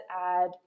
add